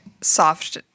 soft